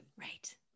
Right